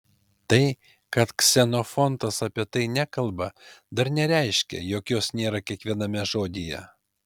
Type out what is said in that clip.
tai kad ksenofontas apie tai nekalba dar nereiškia jog jos nėra kiekviename žodyje